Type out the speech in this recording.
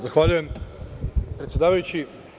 Zahvaljujem predsedavajući.